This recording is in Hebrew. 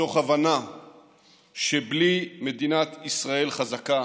מתוך הבנה שבלי מדינת ישראל חזקה